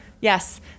Yes